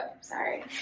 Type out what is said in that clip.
sorry